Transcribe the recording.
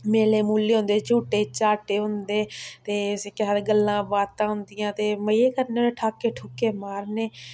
मेले मुले होंदे झूटे झाटे होंदे ते उसी केह् आखदे गल्ला बातां होंदियां ते मज़े करने होन्नें ठ्हाके ठुह्के मारने